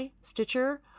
Stitcher